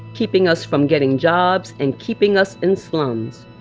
keeping us from getting jobs, and keeping us in slums.